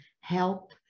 help